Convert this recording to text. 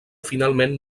finalment